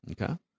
Okay